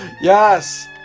Yes